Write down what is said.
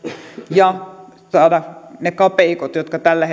ja saada ne kapeikot joita tällä